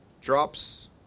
drops